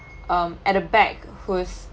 um at the back who's